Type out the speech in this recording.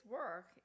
work